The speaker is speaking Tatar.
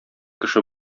кеше